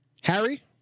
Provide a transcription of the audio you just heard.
Harry